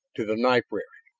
to the knife wrist!